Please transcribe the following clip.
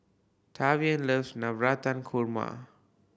Tavian loves Navratan Korma